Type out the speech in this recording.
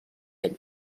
ell